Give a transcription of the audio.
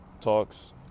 talks